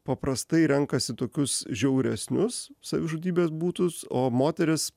paprastai renkasi tokius žiauresnius savižudybės būdus o moterys